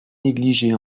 negligée